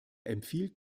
empfiehlt